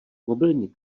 mobilní